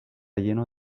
lleno